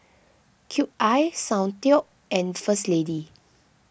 Cube I Soundteoh and First Lady